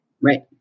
Right